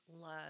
love